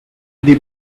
the